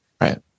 Right